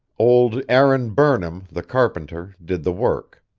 old aaron burnham, the carpenter, did the work.